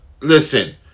listen